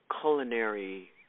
culinary